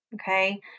okay